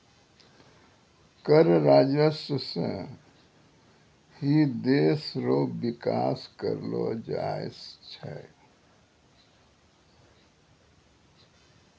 कर राजस्व सं ही देस रो बिकास करलो जाय छै